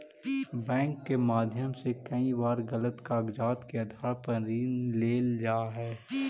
bank के माध्यम से कई बार गलत कागजात के आधार पर ऋण लेल जा हइ